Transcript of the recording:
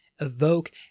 evoke